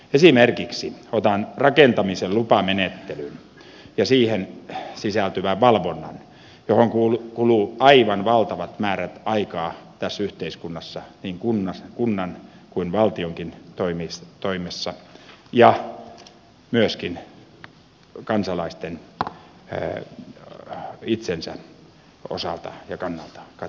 esimerkiksi otan rakentamisen lupamenettelyn ja siihen sisältyvän valvonnan johon kuluu aivan valtavat määrät aikaa tässä yhteiskunnassa niin kunnan kuin valtionkin toimessa ja myöskin kansalaisten itsensä kannalta katsottuna